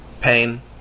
pain